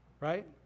Right